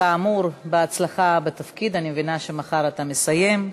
כאמור, בהצלחה בתפקיד, אני מבינה שמחר אתה מסיים.